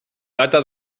data